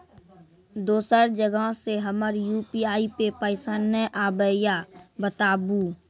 दोसर जगह से हमर यु.पी.आई पे पैसा नैय आबे या बताबू?